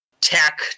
tech